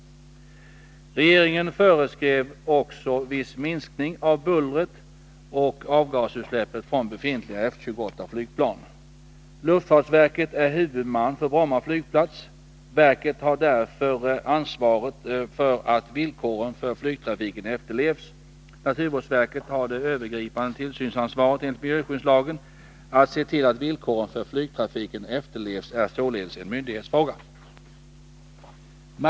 Regeringen föreskrev också viss minskning av bullret och avgasutsläppet från befintliga F-28-flygplan. Luftfartsverket är huvudman för Bromma flygplats. Verket har därför ansvaret för att villkoren för flygtrafiken efterlevs. Naturvårdsverket har det övergripande tillsynsansvaret enligt miljöskyddslagen. Att se till att villkoren för flygtrafiken efterlevs är således en myndighetsfråga.